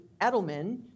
Edelman